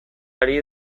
ari